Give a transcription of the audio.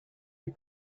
you